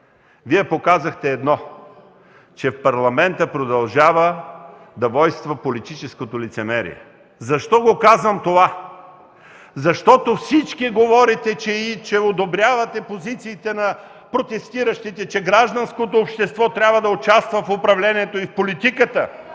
Вие показахте едно, че в Парламента продължава да войнства политическото лицемерие. Защо го казвам това? Защото всички говорите, че одобрявате позициите на протестиращите, че гражданското общество трябва да участва в управлението и в политиката,